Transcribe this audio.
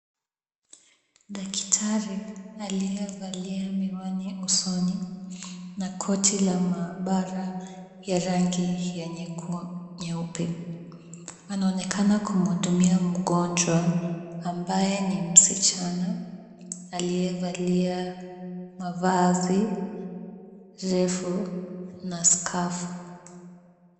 Daktari aliyevalia miwani usoni na koti la maabara ya rangi ya nyeupe anaonekana kumhudumia mgonjwa ambaye ni msichana aliyevalia mavazi refu na skafu.